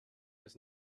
was